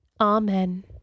Amen